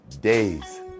days